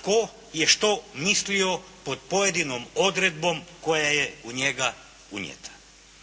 tko je što mislio pod pojedinom odredbom koja je u njega unijeta.